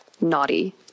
naughty